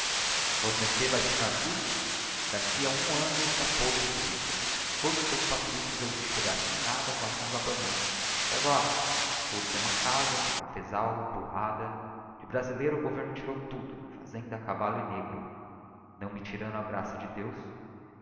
monologo vosmecê vae ficar aqui d'aqui a um anno está podre de rico todos seus patrícios eu vi chegar sem nada com as mãos abanando e agora todos têm uma casa têm cafcsal burrada de brasileiro governo tirou tudo fazenda cavallo e negro não me tirando a graça de deus